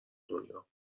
دنیا